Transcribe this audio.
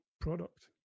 product